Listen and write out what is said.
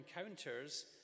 encounters